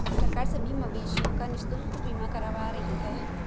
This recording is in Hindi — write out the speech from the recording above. सरकार सभी मवेशियों का निशुल्क बीमा करवा रही है